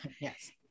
Yes